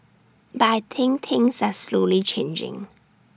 but I think things are slowly changing